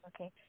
Okay